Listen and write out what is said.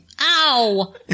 Ow